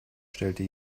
stellte